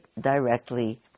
directly